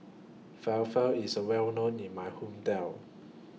Falafel IS Well known in My Hometown